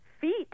feet